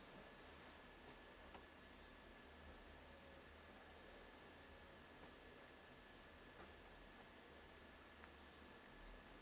uh